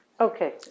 Okay